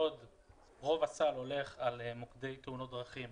רוב הסל הולך על מוקדי תאונות דרכים